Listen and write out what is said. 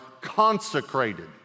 consecrated